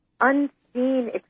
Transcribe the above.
unseen